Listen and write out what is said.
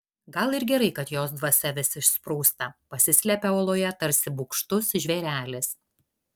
gal ir gerai kad jos dvasia vis išsprūsta pasislepia oloje tarsi bugštus žvėrelis